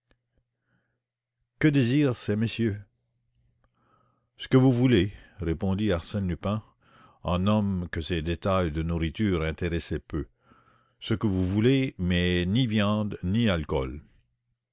ue désirent ces messieurs ce que vous voulez répondit arsène lupin en homme que ces détails de nourriture intéressaient peu ce que vous voulez mais ni viande ni alcool